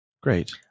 Great